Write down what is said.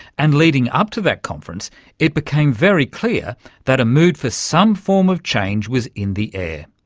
and leading up to that conference it became very clear that a mood for some form of change was in the air,